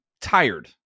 tired